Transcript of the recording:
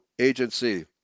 agency